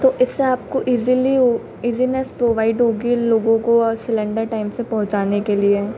तो इससे आपको ईज़िली ऊ ईज़िनेस प्रूवाइड होगी उन लोगों को सिलेन्डर टाइम से पहुँचाने के लिए